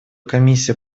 комиссия